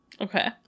Okay